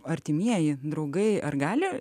artimieji draugai ar gali